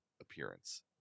appearance